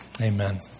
Amen